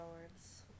words